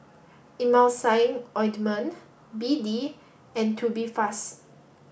Emulsying ointment B D and Tubifast